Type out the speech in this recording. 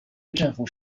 政府